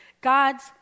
God's